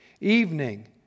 Evening